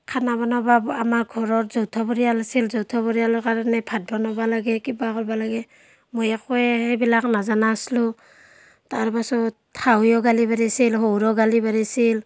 খানা বনাব আমাৰ ঘৰত যৌথ পৰিয়াল আছিল যৌথ পৰিয়ালৰ কাৰণে ভাত বনাব লাগে কিবা কৰিব লাগে মই একোৱেই সেইবিলাক নজানা আছিলোঁ তাৰ পাছত শাহুৱেও গালি পাৰিছিল শহুৰেও গালি পাৰিছিল